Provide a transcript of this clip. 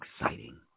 exciting